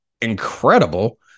incredible